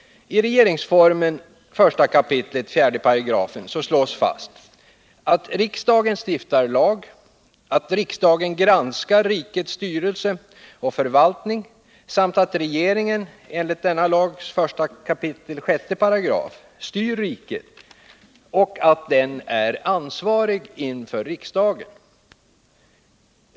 I regeringsformen, 1 kap. 4§, slås fast att riksdagen stiftar lag och granskar rikets styrelse och förvaltning samt att regeringen — enligt denna lags 1 kap. 6 §— styr riket och är ansvarig inför riksdagen.